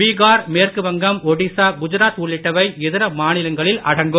பீகார் மேற்கு வங்கம் ஒடிசா குஜராத் உள்ளிட்டவை இதர மாநிலங்களில் அடங்கும்